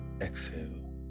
exhale